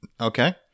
okay